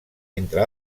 entre